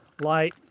light